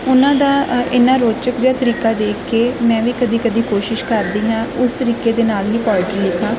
ਉਹਨਾਂ ਦਾ ਇੰਨਾਂ ਰੋਚਕ ਜਿਹਾ ਤਰੀਕਾ ਦੇਖ ਕੇ ਮੈਂ ਵੀ ਕਦੇ ਕਦੇ ਕੋਸ਼ਿਸ਼ ਕਰਦੀ ਹਾਂ ਉਸ ਤਰੀਕੇ ਦੇ ਨਾਲ ਹੀ ਪੋਇਟਰੀ ਲਿਖਾਂ